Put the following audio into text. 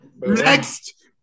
Next